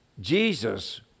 Jesus